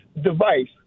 device